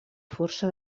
força